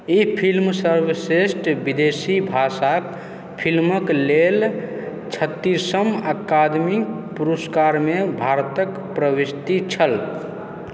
ई film सर्वश्रेष्ठ विदेशी भाषाक फिल्म क लेल छत्तीसम अकादमी पुरस्कारमे भारतक प्रविष्टि छल